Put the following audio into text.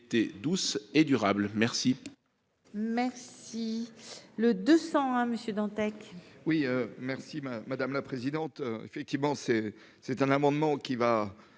Merci